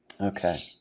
Okay